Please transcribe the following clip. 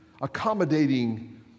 accommodating